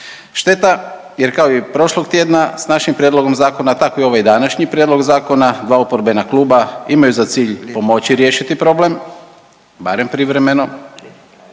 Šteta jer kao i prošlog tjedna s našim prijedlogom zakona, tako i ovaj današnji prijedlog zakona dva oporbena kluba imaju za cilj pomoći riješiti problem, barem privremeno,